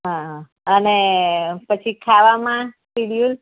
હા હા અને પછી ખાવામાં શિડ્યુલ